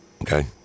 okay